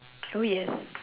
so yes